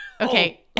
Okay